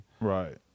Right